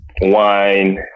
wine